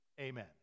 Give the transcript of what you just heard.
Amen